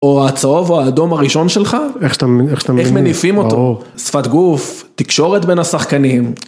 או הצהוב או האדום הראשון שלך, איך שאתה..איך מניפים אותו, שפת גוף, תקשורת בין השחקנים.